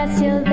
and to